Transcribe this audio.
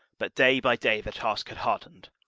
but day by day the task had hardened,